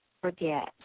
forget